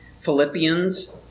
Philippians